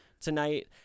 tonight